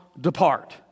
depart